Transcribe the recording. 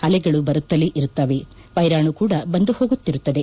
ಅಲೆಗಳು ಬರುತ್ತಲೇ ಇರುತ್ತವೆ ವೈರಾಣು ಕೂಡಾ ಬಂದು ಹೋಗುತ್ತಿರುತ್ತದೆ